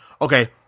Okay